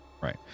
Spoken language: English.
Right